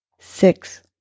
six